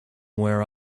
where